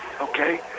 okay